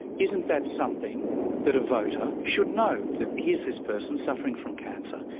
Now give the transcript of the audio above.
isn't that something that a voter should know, that here's this person, suffering from cancer,